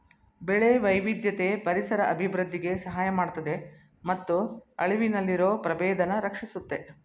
ಬೆಳೆ ವೈವಿಧ್ಯತೆ ಪರಿಸರ ಅಭಿವೃದ್ಧಿಗೆ ಸಹಾಯ ಮಾಡ್ತದೆ ಮತ್ತು ಅಳಿವಿನಲ್ಲಿರೊ ಪ್ರಭೇದನ ರಕ್ಷಿಸುತ್ತೆ